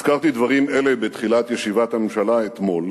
הזכרתי דברים אלה בתחילת ישיבת הממשלה אתמול